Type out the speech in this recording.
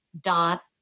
dot